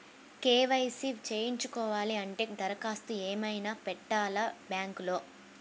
KYC చేయించుకోవాలి అంటే దరఖాస్తు ఏమయినా పెట్టాలా బ్యాంకులో?